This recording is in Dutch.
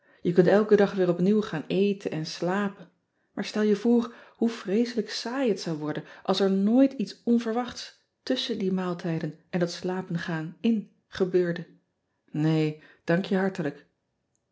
e kunt elken dag weer opnieuw gaan eten en slapen maar stel je voor hoe vreeselijk saai het zou worden als er nooit iets onverwachts tusschen die maaltijden en dat slapen gaan in gebeurde ee dank je hartelijk